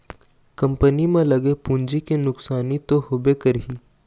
company म लगे पूंजी के नुकसानी तो होबे करही